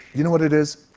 you know what it is?